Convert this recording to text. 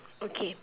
okay